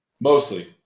mostly